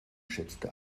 schätzte